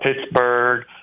Pittsburgh